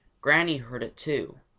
granny heard it, too.